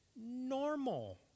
normal